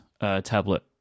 tablet